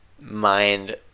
mind